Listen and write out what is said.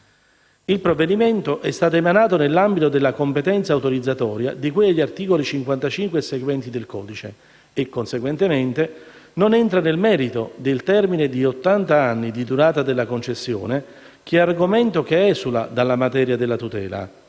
Il provvedimento è stato emanato nell'ambito della competenza autorizzatoria di cui agli articoli 55 e seguenti del codice e, conseguentemente, non entra nel merito del termine di ottanta anni di durata della concessione, che è argomento che esula dalla materia della tutela,